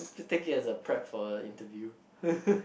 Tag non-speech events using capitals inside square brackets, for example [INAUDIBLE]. just take it as a prep for interview [LAUGHS]